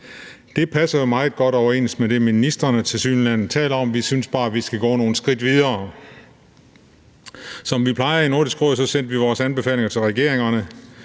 Det passer jo meget godt med det, ministrene tilsyneladende taler om. Vi synes bare, at man skal gå nogle skridt videre. Som vi plejer i Nordisk Råd, sendte vi vores anbefalinger til regeringerne.